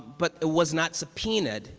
but it was not subpoenaed,